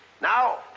Now